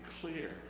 clear